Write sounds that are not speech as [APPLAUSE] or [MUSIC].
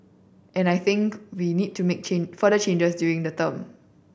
and I think we need to make [UNINTELLIGIBLE] further changes during the term